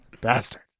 bastard